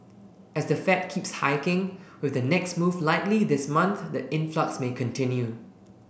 as the Fed keeps hiking with the next move likely this month the influx may continue